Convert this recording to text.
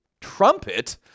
trumpet